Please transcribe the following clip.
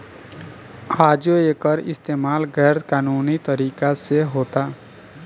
आजो एकर इस्तमाल गैर कानूनी तरीका से होता